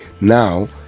now